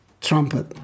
trumpet